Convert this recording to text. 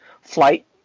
flight